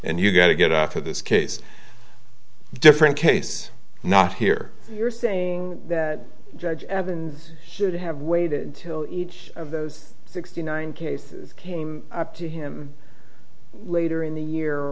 and you got to get off of this case different case not here you're saying that judge evans should have waited until each of those sixty nine cases came up to him later in the year